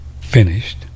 finished